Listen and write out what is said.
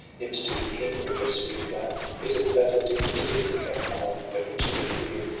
nips too keenly the sweet flower? is it that a deep fatigue hath come on her, a chilly fear,